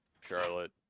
charlotte